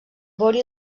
vori